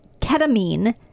ketamine